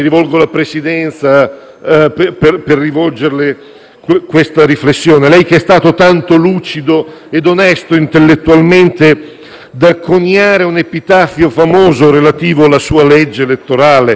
da coniare un epitaffio famoso relativo alla sua legge elettorale, che detiene anche il primato di essere stata smontata, per la prima volta, dalla Corte costituzionale, oggi assiste immobile a questo scempio.